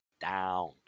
down